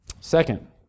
Second